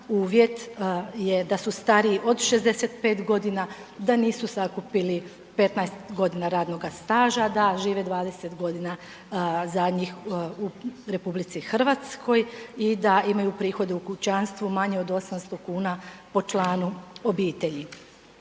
Uvjet je da su stariji od 65 godina, da nisu sakupili 15 godina radnoga staža, da žive 20 godina zadnjih u RH i da imaju prihode u kućanstvu manje od 800 kuna po članu obitelji.